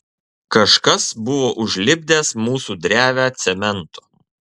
kažkas buvo užlipdęs mūsų drevę cementu